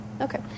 Okay